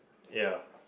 ya